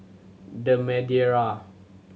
The Madeira